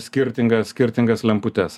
skirtingas skirtingas lemputes